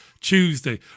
Tuesday